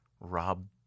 Rob